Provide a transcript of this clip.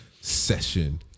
session